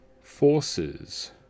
forces